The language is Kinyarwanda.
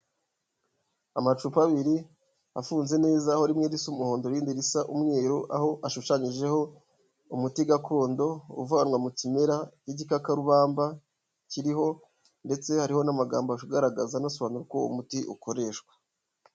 Amacupa abiri afunze neza, aho rimwe risa umuhondo, irindi risa umweru, aho ashushanyijeho umuti gakondo uvanwa mu kimera cy'igikakarubamba kiriho ndetse hariho n'amagambo agaragaza anasobanura uko umuti ukoreshwa.